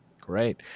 Great